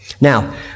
Now